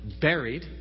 buried